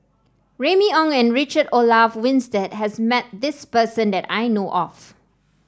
Remy Ong and Richard Olaf Winstedt has met this person that I know of